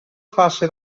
fase